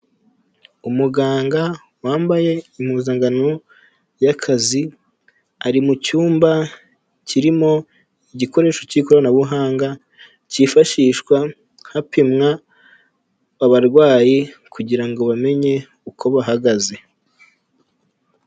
Umuganga wambaye impuzangano y'akazi, ari mu cyumba kirimo igikoresho cy'ikoranabuhanga cyifashishwa hapimwa abarwayi kugira ngo bamenye uko bahagaze.